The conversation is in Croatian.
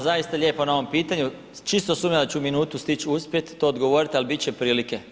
Hvala zaista lijepo na ovom pitanju, čisto sumnjam da ću u minutu stić uspjet to odgovorit, ali bit će prilike.